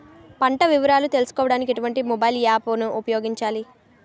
పంట వివరాలు తెలుసుకోడానికి ఎటువంటి మొబైల్ యాప్ ను ఉపయోగించాలి?